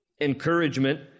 encouragement